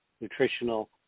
nutritional